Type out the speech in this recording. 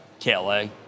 KLA